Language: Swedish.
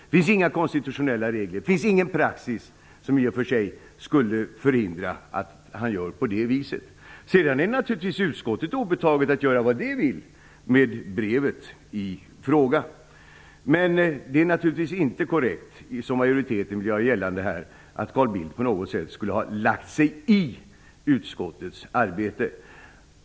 Det finns inga konstitutionella regler, det finns ingen praxis som skulle förhindra att han gör på det viset. Sedan är det naturligtvis utskottet obetaget att göra vad det vill med brevet i fråga. Men det är naturligtvis inte korrekt, som majoriteten vill göra gällande, att Carl Bildt på något sätt skulle ha lagt sig i utskottets arbete.